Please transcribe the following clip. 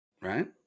Right